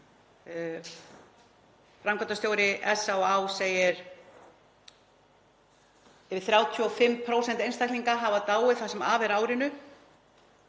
Framkvæmdastjóri SÁÁ segir yfir 35 einstaklinga hafa dáið það sem af er árinu,